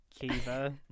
Kiva